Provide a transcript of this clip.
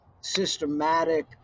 systematic